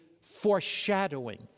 foreshadowing